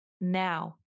now